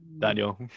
daniel